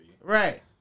Right